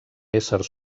ésser